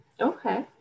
Okay